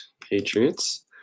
Patriots